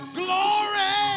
glory